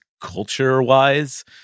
culture-wise